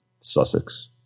Sussex